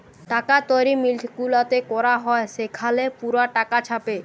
টাকা তৈরি মিল্ট গুলাতে ক্যরা হ্যয় সেখালে পুরা টাকা ছাপে